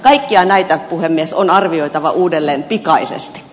kaikkia näitä puhemies on arvioitava uudelleen pikaisesti